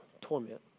torment